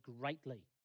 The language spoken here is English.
greatly